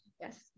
Yes